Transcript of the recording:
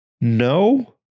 No